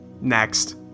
Next